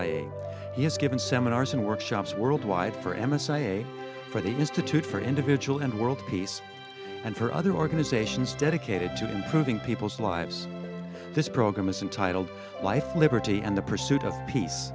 i he has given seminars and workshops worldwide for emma say for the institute for individual and world peace and for other organizations dedicated to improving people's lives this program is entitled life liberty and the pursuit of peace